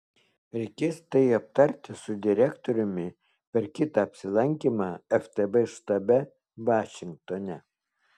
reikės tai aptarti su direktoriumi per kitą apsilankymą ftb štabe vašingtone